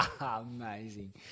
amazing